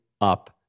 up